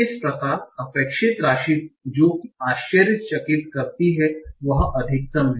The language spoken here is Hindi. इस प्रकार अपेक्षित राशि जो आपको आश्चर्यचकित करती है वह अधिकतम है